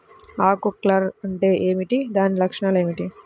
ఆకు కర్ల్ అంటే ఏమిటి? దాని లక్షణాలు ఏమిటి?